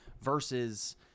versus